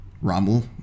Rommel